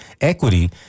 equity